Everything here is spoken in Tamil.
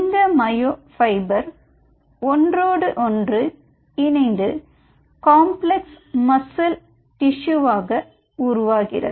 இந்த மையோ பைபர் ஒன்றோடு ஒன்று இணைந்து காம்ப்ளக்ஸ் மசில் டிஷ்யூ வாக உருவாகிறது